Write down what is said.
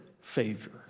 favor